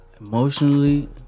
Emotionally